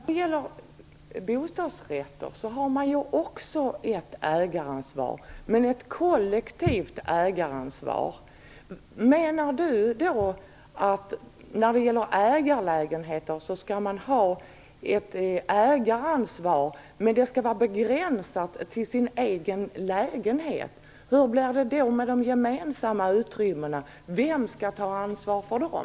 Herr talman! Också när det gäller bostadsrätter har man ett ägaransvar, men ett kollektivt sådant. Menar Per Lager att man för ägarlägenheter skall ha ett ägaransvar men att det skall vara begränsat till den egna lägenheten? Hur blir det då med de gemensamma utrymmena? Vem skall ta ansvar för dem?